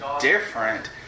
different